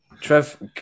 Trev